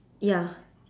ya